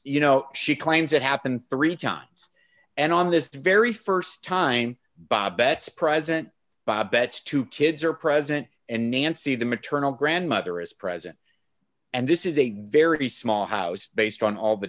you know she claims it happened three times and on this very st time bob betts president bob betts two kids are present and nancy the maternal grandmother is present and this is a very small house based on all the